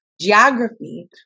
geography